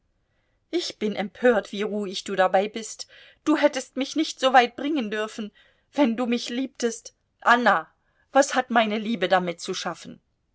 ich bin empört wie ruhig du dabei bist du hättest mich nicht soweit bringen dürfen wenn du mich liebtest anna was hat meine liebe damit zu schaffen